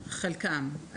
חלקם.